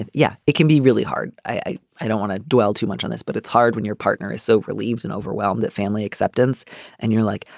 yeah it can be really hard. i i don't want to dwell too much on this but it's hard when your partner is so relieved and overwhelmed that family acceptance and you're like.